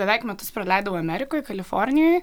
beveik metus praleidau amerikoj kalifornijoj